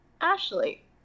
Ashley